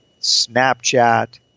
Snapchat